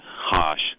harsh